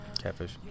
Catfish